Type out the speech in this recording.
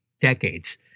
decades